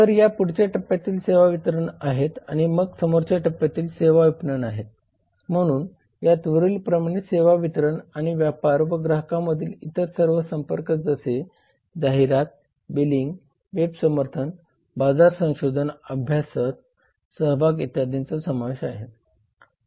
तर या पुढच्या टप्प्यातील सेवा वितरण आहेत आणि मग समोरच्या टप्प्यातील सेवा विपणन आहे म्हणून यात वरील प्रमाणे सेवा वितरण आणि व्यापार व ग्राहकांमधील इतर सर्व संपर्क जसे जाहिरात बिलिंग वेब समर्थन बाजार संशोधन अभ्यासात सहभाग इत्यादींचा समावेश आहे